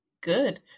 Good